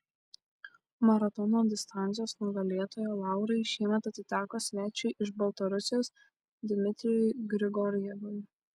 maratono distancijos nugalėtojo laurai šiemet atiteko svečiui iš baltarusijos dmitrijui grigorjevui